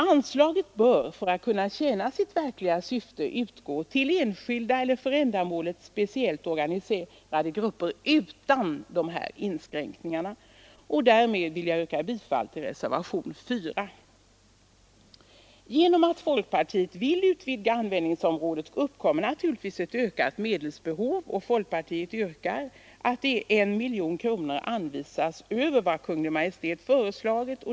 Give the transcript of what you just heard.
Anslaget bör för att kunna tjäna sitt verkliga syfte kunna utgå till enskilda eller för ändamålet speciellt organiserade grupper utan dessa inskränkningar. Därmed vill jag yrka bifall till reservationen 4. Genom att folkpartiet vill utvidga användningsområdet uppkommer naturligtvis ett ökat medelsbehov, och folkpartiet yrkar att 1 miljon kronor anvisas utöver vad Kungl. Maj:t föreslagit.